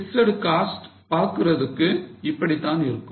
fixed cost பாக்குறதுக்கு இப்படித்தான் இருக்கும்